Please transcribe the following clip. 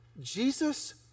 Jesus